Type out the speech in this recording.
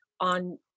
on